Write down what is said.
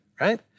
right